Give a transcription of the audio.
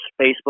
Facebook